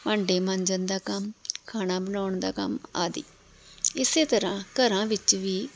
ਭਾਂਡੇ ਮਾਂਜਣ ਦਾ ਕੰਮ ਖਾਣਾ ਬਣਾਉਣ ਦਾ ਕੰਮ ਆਦਿ ਇਸ ਤਰ੍ਹਾਂ ਘਰਾਂ ਵਿੱਚ ਵੀ